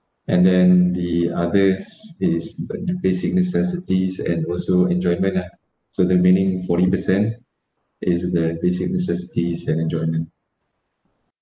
and then the others is buying basic necessities and also enjoyment ah so that meaning forty percent is the basic necessities and enjoyment